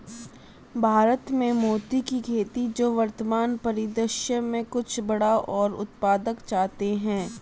भारत में मोती की खेती जो वर्तमान परिदृश्य में कुछ बड़ा और उत्पादक चाहते हैं